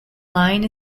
line